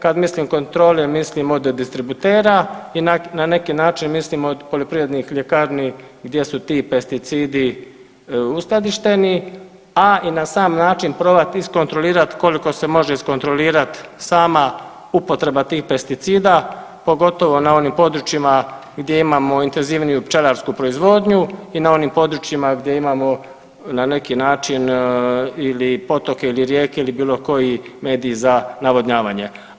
Kad mislim kontrole mislim od distributera i na neki način mislim od poljoprivrednih ljekarni gdje su ti pesticidi uskladišteni, a i na sam način probat iskontrolirat koliko se može iskontrolirat sama upotreba tih pesticida pogotovo na onim područjima gdje imamo intenzivniju pčelarsku proizvodnju i na onim područjima gdje imamo na neki način ili potoke ili rijeke ili bilo koji medij za navodnjavanje.